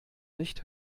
nicht